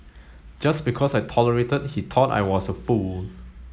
just because I tolerated he thought I was a fool